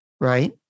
right